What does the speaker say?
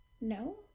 No